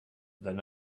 than